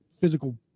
physical